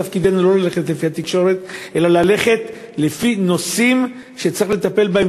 תפקידנו לא ללכת לפי התקשורת אלא ללכת לפי נושאים שצריך לטפל בהם